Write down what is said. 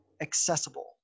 accessible